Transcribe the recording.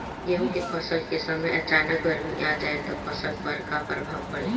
गेहुँ के फसल के समय अचानक गर्मी आ जाई त फसल पर का प्रभाव पड़ी?